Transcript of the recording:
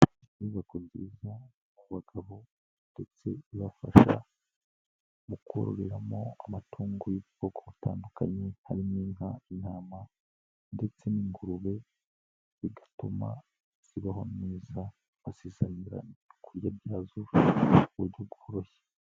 Inyubako nziza ya bagabo ndetse ibafasha mu kororeramo amatungo y'ubwoko butandukanye, harimo inka, intama ndetse n'ingurube, bigatuma zibaho neza bazizanira ibyo kurya byazo ku buryo bworoshye.